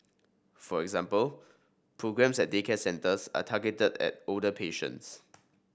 for example programmes at daycare centres are targeted at older patients